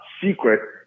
secret